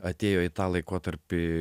atėjo į tą laikotarpį